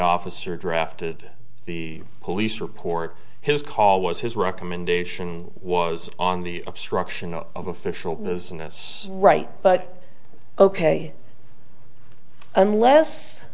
officer drafted the police report his call was his recommendation was on the obstruction of official business right but ok unless